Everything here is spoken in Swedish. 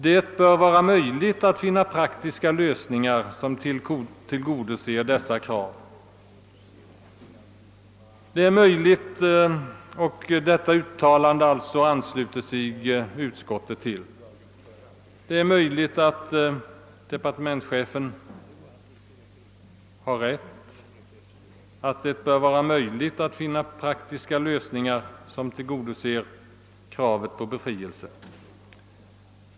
Det bör vara möjligt att finna praktiska lösningar som tillgodoser dessa krav.» Utskottet ansluter sig till detta uttalande. Det är möjligt att departementschefen har rätt — att man kan finna praktiska lösningar som tillgodoser kraven på befrielse.